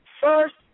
First